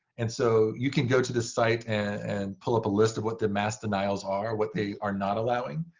and so you can go to this site and pull up a list of what the mass denials are, what they are not allowing.